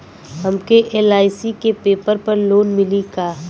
हमके एल.आई.सी के पेपर पर लोन मिली का?